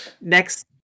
next